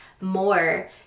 more